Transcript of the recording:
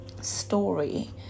story